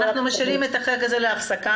אנחנו משאירים את החלק הזה להפסקה,